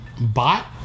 bot